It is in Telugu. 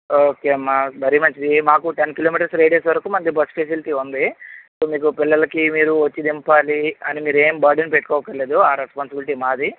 ఓకే అమ్మా మరీ మంచిది మాకు టెన్ కిలోమీటర్స్ రేడియస్ వరకు మనది బస్సు ఫెసిలిటీ ఉంది సో మీకు పిల్లలకి మీరు వచ్చి దింపాలి అని మీరేమి బర్డెన్ పెట్టుకోవక్కర్లేదు ఆ రెస్పాన్సిబిలిటీ మాది